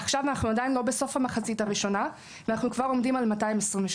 עכשיו אנחנו עדיין לא בסוף המחצית הראשונה ואנחנו כבר עומדים על 222